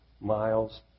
miles